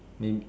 name